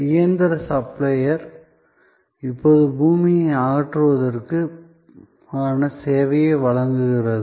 இயந்திர சப்ளையர் இப்போது பூமியை அகற்றுவதற்கான சேவையை வழங்குகிறது